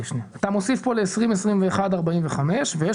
אתה מוסיף כאן 45 מיליון ל-2021-2020 ויש